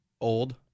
Old